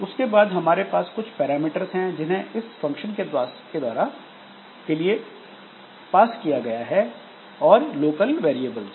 उसके बाद हमारे पास कुछ पैरामीटर्स हैं जिन्हें इस फंक्शन के लिए पास किया गया है और लोकल वैरियेबल्स